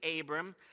Abram